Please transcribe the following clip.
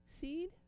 seed